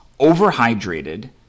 overhydrated